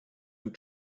and